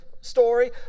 story